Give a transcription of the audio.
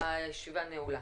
הישיבה נעולה.